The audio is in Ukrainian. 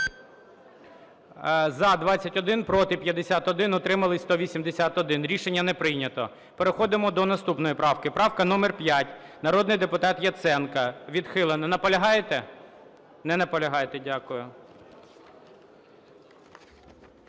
За-21 Проти – 51, утримались – 181. Рішення не прийнято. Переходимо до наступної правки. Правка номер 5. Народний депутат Яценко. Відхилена. Наполягаєте? Не наполягаєте, дякую.